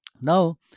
Now